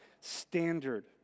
standard